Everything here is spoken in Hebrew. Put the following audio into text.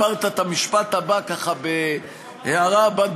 אמרת את המשפט הבא בהערה, איפה אמרתי?